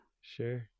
Sure